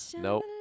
Nope